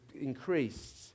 increased